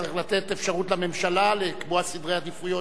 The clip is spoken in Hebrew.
צריך לתת אפשרות לממשלה לקבוע סדרי עדיפויות.